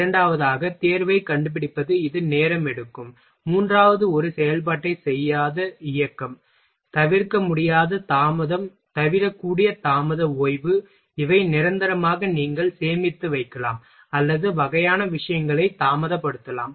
இரண்டாவதாக தேர்வைக் கண்டுபிடிப்பது இது நேரம் எடுக்கும் மூன்றாவது ஒரு செயல்பாட்டைச் செய்யாத இயக்கம் தவிர்க்க முடியாத தாமதம் தவிர்க்கக்கூடிய தாமத ஓய்வு இவை நிரந்தரமாக நீங்கள் சேமித்து வைக்கலாம் அல்லது வகையான விஷயங்களை தாமதப்படுத்தலாம்